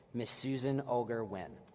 ms. susan ulgar wynne,